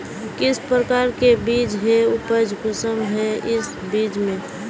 किस प्रकार के बीज है उपज कुंसम है इस बीज में?